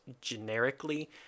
generically